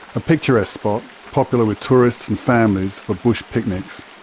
a picturesque spot, popular with tourists and families for bush picnics,